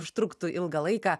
užtruktų ilgą laiką